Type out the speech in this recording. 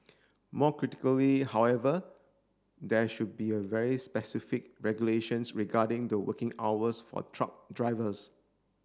more critically however there should be a very specific regulations regarding the working hours for truck drivers